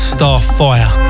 Starfire